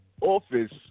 office